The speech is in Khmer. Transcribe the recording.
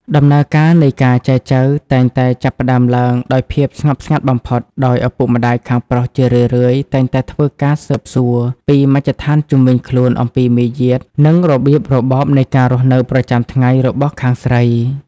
ដំណើរការនៃការចែចូវតែងតែចាប់ផ្ដើមឡើងដោយភាពស្ងប់ស្ងាត់បំផុត ដោយឪពុកម្ដាយខាងប្រុសជារឿយៗតែងតែធ្វើការស៊ើបសួរពីមជ្ឈដ្ឋានជុំវិញខ្លួនអំពីមាយាទ និងរបៀបរបបនៃការរស់នៅប្រចាំថ្ងៃរបស់ខាងស្រី។